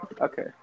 okay